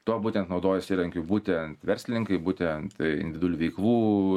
tuo būtent naudojasi įrankiu būtent verslininkai būtent individualių veiklų